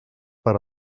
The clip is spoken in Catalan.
per